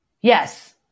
Yes